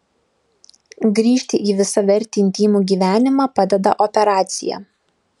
grįžti į visavertį intymų gyvenimą padeda operacija